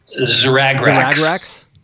Zragrax